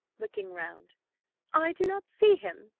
looking round i do not see him.